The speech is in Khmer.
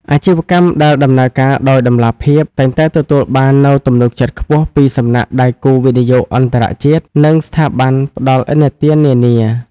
អាជីវកម្មដែលដំណើរការដោយតម្លាភាព តែងតែទទួលបាននូវទំនុកចិត្តខ្ពស់ពីសំណាក់ដៃគូវិនិយោគអន្តរជាតិ និងស្ថាប័នផ្ដល់ឥណទាននានា។